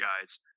guys